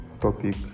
topic